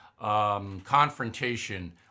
confrontation